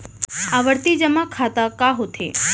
आवर्ती जेमा खाता का होथे?